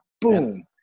Boom